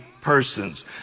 persons